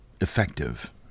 effective